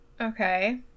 Okay